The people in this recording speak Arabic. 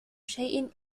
شيء